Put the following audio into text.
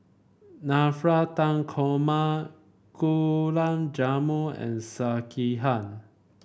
Navratan Korma Gulan Jamun and Sekihan